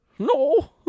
No